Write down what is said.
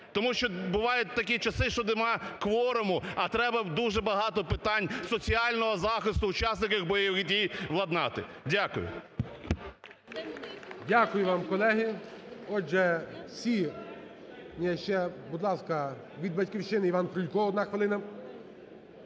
Тому що бувають такі часи, що нема кворуму, а треба дуже багато питань соціального захисту учасників бойових дій владнати. Дякую. ГОЛОВУЮЧИЙ. Дякую вам, колеги. Отже, всі. Ні, ще, будь ласка, від "Батьківщини" Іван Крулько, одна хвилина.